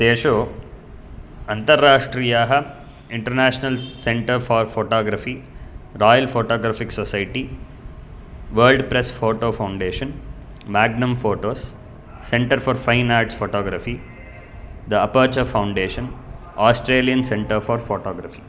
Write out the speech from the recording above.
तेषु अन्तर्राष्ट्रीयाः international centre for photography royal photographic society world press photo foundation Magnum photos centre for fine arts photography the aperture foundation Australian centre for photography